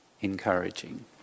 encouraging